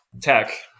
tech